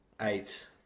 eight